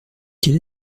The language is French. quel